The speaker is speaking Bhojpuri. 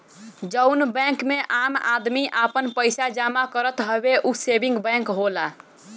जउन बैंक मे आम आदमी आपन पइसा जमा करत हवे ऊ सेविंग बैंक होला